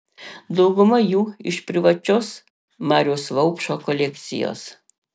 dauguma jų iš privačios mariaus vaupšo kolekcijos